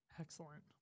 excellent